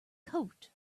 coat